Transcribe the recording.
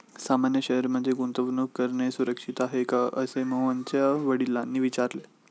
सामान्य शेअर मध्ये गुंतवणूक करणे सुरक्षित आहे का, असे मोहनच्या वडिलांनी विचारले